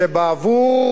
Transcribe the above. שבעבור